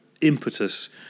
impetus